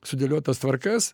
sudėliotas tvarkas